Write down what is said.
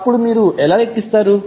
అప్పుడు మీరు ఎలా లెక్కిస్తారు